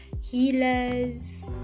healers